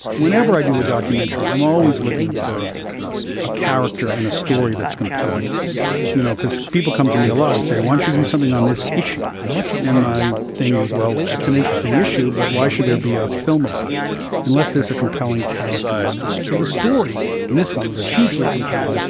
whenever i do a documentary, i'm always looking for a character and a story that's compelling. yes. you know, because people come to me a lot and say, once you do something on this issue. yes. and my thing is, well, that's an interesting issue. but why should there be a film about it unless there's a compelling character in a story? so the story in and this one was hugely compelling.